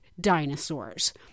dinosaurs